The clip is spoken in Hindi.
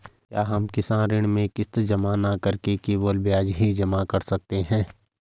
क्या हम किसान ऋण में किश्त जमा न करके केवल ब्याज ही जमा कर सकते हैं?